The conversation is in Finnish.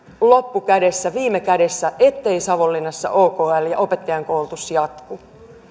loppukädessä viime kädessä ettei savonlinnassa okl ja opettajankoulutus jatku